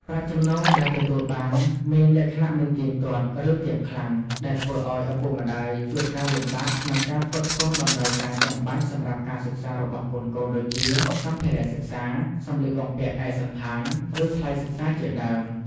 ប្រាក់ចំណូលដែលទទួលបានមានលក្ខណៈមិនទៀងទាត់ ឬទាបខ្លាំង ដែលធ្វើឱ្យឪពុកម្តាយជួបការលំបាកក្នុងការផ្គត់ផ្គង់តម្រូវការចាំបាច់សម្រាប់ការសិក្សារបស់កូនៗ ដូចជា សម្ភារៈសិក្សា សម្លៀកបំពាក់ឯកសណ្ឋាន ឬថ្លៃសិក្សាជាដើម។